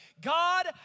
God